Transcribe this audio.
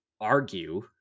argue